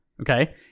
Okay